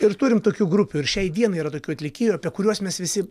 ir turim tokių grupių ir šiai dienai yra tokių atlikėjų apie kuriuos mes visi